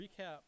recap